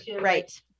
right